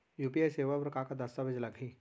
UPI सेवा बर का का दस्तावेज लागही?